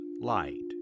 Light